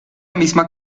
misma